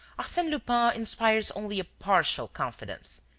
arsene lupin inspires only a partial confidence.